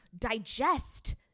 digest